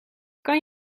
kan